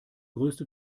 größte